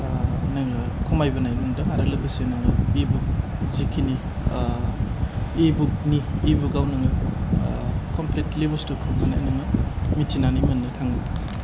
खमायबोनाय नुदों आरो लोगोसे इ बुक जेखिनि इ बुकनि इ बुकआव नोङो कमप्लिट्लि बुसथुखौ नुनो मोनो मिथिनानै मोननो थाङो